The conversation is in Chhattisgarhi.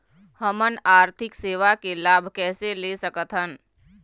हमन आरथिक सेवा के लाभ कैसे ले सकथन?